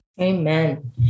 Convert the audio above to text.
amen